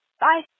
Bye